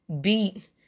beat